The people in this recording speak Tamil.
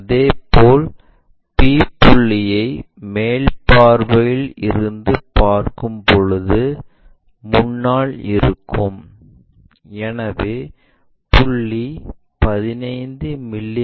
அதேபோல் p புள்ளியை மேல் பார்வையில் இருந்து பார்க்கும்போது முன்னால் இருக்கும் எனவே புள்ளி 15 மி